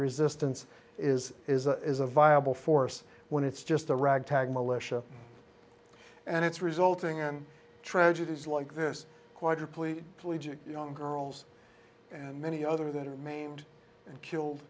resistance is is is a viable force when it's just a ragtag militia and it's resulting in tragedies like this quadriplegic girls and many other that are maimed and killed